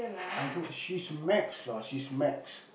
I don't she's max lah she's max